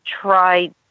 try